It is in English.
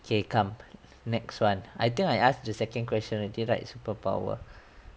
okay come next one I think I asked the second question already right superpower